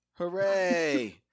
Hooray